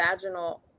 vaginal